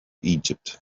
egypt